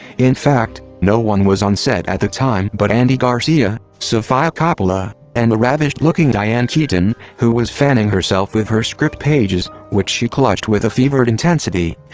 in fact, no one was on set at the time but andy garcia, sofia coppola, and a ravished looking diane keaton, who was fanning herself with her script pages, which she clutched with a fevered intensity.